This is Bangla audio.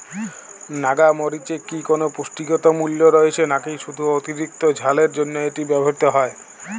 নাগা মরিচে কি কোনো পুষ্টিগত মূল্য রয়েছে নাকি শুধু অতিরিক্ত ঝালের জন্য এটি ব্যবহৃত হয়?